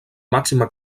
màxima